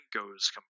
goes